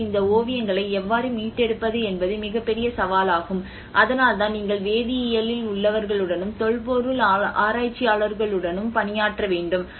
எனவே இந்த ஓவியங்களை எவ்வாறு மீட்டெடுப்பது என்பது மிகப்பெரிய சவாலாகும் அதனால்தான் நீங்கள் வேதியியலில் உள்ளவர்களுடனும் தொல்பொருள் ஆராய்ச்சியாளர்களுடனும் பணியாற்ற வேண்டும்